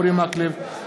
אורי מקלב,